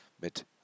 mit